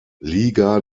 liga